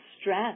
stress